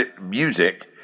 music